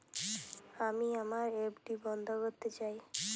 আমি আমার এফ.ডি বন্ধ করতে চাই